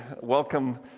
welcome